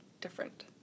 different